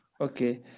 Okay